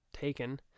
taken